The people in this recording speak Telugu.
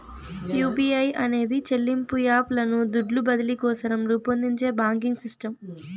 యూ.పీ.ఐ అనేది చెల్లింపు యాప్ లను దుడ్లు బదిలీ కోసరం రూపొందించే బాంకింగ్ సిస్టమ్